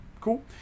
cool